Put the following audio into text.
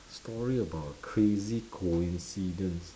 story about a crazy coincidence